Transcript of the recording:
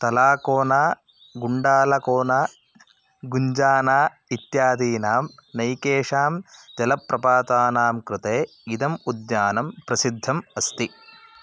तलाकोना गुण्डालकोना गुञ्जाना इत्यादीनां नैकेषां जलप्रपातानां कृते इदम् उद्यानं प्रसिद्धम् अस्ति